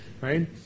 right